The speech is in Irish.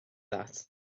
leat